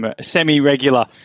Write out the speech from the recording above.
semi-regular